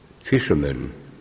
fishermen